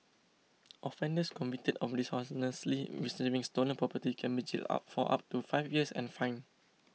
offenders convicted of dishonestly receiving stolen property can be jailed up for up to five years and fined